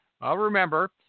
remember